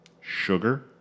sugar